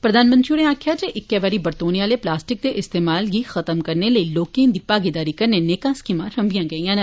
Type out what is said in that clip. प्रघानमंत्री होरें आक्खेया जे इक्कै बारी बरतोने आली प्लासिटक दे इस्तेमाल गी खत्म करने लेई लोकें दी भागीदारी कन्नै नेकां स्कीमां रंभियां गेइयां न